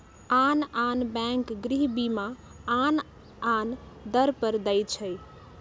आन आन बैंक गृह बीमा आन आन दर पर दइ छै